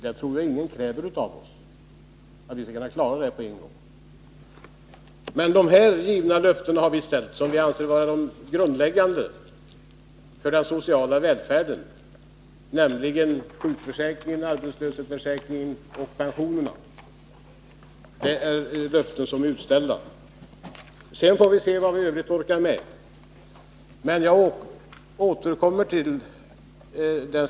De nu uppräknade löftena har vi utställt därför att de gäller saker som vi anser är grundläggande för den sociala välfärden, nämligen sjukförsäkringen, arbetslöshetsförsäkringen och pensionerna. Sedan får vi se vad vi orkar med i Övrigt.